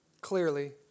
clearly